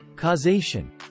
Causation